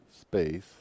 space